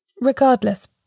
Regardless